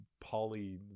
poly